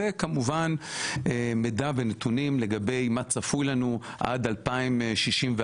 וכמובן, מידע ונתונים לגבי מה צפוי לנו עד 2064,